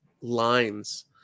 lines